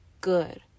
good